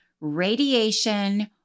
radiation